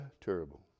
terrible